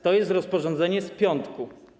To jest rozporządzenie z piątku.